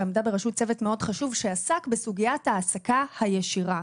שעמדה בראשות צוות מאוד חשוב שעסק בסוגיית ההעסקה הישירה.